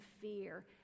fear